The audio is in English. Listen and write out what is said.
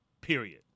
Period